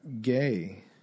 gay